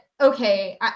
okay